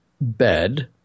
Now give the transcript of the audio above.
bed